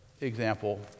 example